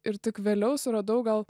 ir tik vėliau suradau gal